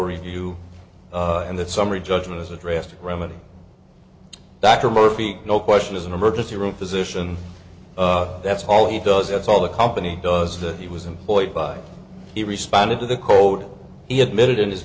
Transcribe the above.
and the summary judgment is a drastic remedy dr murphy no question as an emergency room physician that's all he does that's all the company does that he was employed by he responded to the code he admitted in his